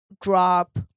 drop